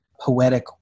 poetic